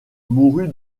mourut